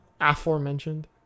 Aforementioned